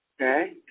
Okay